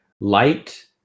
light